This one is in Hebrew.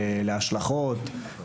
להשלכות?